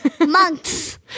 Monks